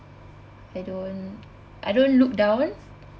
I don't I don't look down